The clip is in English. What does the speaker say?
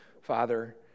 Father